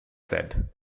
shed